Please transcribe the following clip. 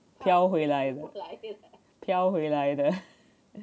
漂回来的漂回来的